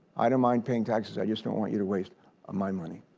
i don't mind paying taxes. i just don't want you to waste ah my money.